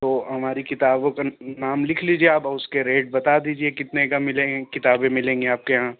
تو ہماری کتابوں کا نام لکھ لیجیے آپ اور اُس کے ریٹ بتا دیجیے کتنے کا ملیں کتابیں ملیں گی آپ کے یہاں